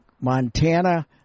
Montana